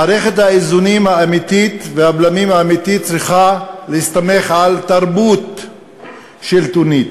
מערכת האיזונים והבלמים האמיתית צריכה להסתמך על תרבות שלטונית.